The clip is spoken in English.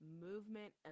movement